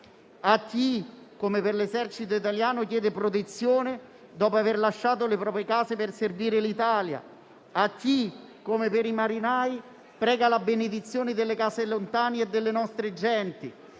A chi, come per l'Esercito italiano, chiede protezione dopo aver lasciato le proprie case per servire l'Italia. A chi, come per i marinai, prega la benedizione delle case lontane e delle nostre genti.